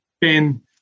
Ben